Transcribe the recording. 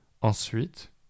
Ensuite